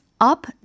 up